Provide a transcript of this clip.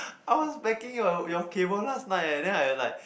I was packing your your cable last night eh then I like